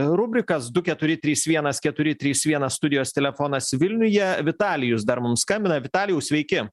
rubrikas du keturi trys vienas keturi trys vienas studijos telefonas vilniuje vitalijus dar mums skambina vitalijau sveiki